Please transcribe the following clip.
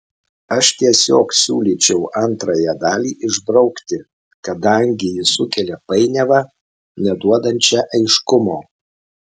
aš tiesiog siūlyčiau antrąją dalį išbraukti kadangi ji sukelia painiavą neduodančią aiškumo